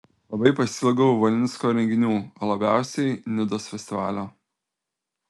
labai pasiilgau valinsko renginių o labiausiai nidos festivalio